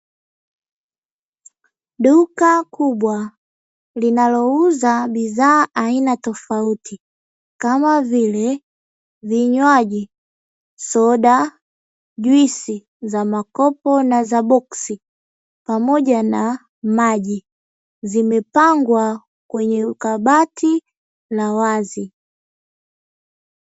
Duka kubwa linalouza bidhaa aina tofauti kama vile vinywaji, soda, juisi za makopo na za maboksi pamoja na maji, zimepangwa kwenye kabati la wazi.